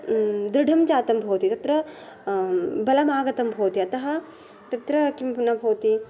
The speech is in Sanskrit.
दृढं जातं भवति तत्र बलमागतं भवति अतः तत्र किमपि न भवति